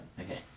okay